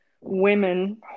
women